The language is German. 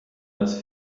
das